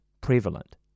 prevalent